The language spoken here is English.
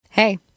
Hey